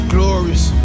Glorious